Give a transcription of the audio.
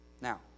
Now